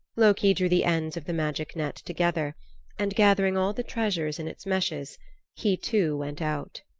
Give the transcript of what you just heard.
loki drew the ends of the magic net together and gathering all the treasures in its meshes he, too, went out.